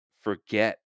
forget